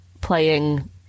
playing